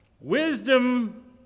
Wisdom